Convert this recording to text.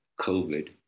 COVID